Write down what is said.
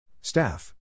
Staff